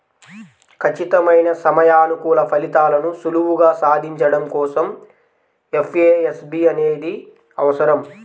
ఖచ్చితమైన సమయానుకూల ఫలితాలను సులువుగా సాధించడం కోసం ఎఫ్ఏఎస్బి అనేది అవసరం